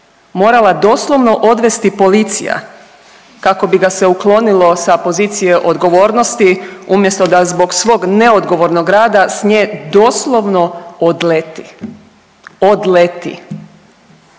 morala doslovno odvesti policija kako bi ga se uklonilo sa pozicije odgovornosti umjesto da zbog svog neodgovornog rada s nje doslovno odleti, odleti.